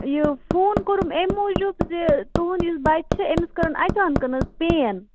یہِ فون کوٚرُم اَمہِ موٗجوٗب زِ تُہُنٛد یُس بَچہِ چھُ أمِس کَرٕن اچانٛکَن حظ پین